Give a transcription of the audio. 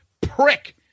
Prick